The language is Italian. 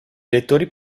lettori